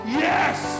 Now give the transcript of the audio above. yes